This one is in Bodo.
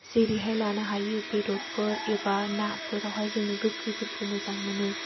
जेरैहाय लानो हायो बेदरफोर एबा नाफोरावहाय जोङो गोखैफोरखौ मोजां मोनो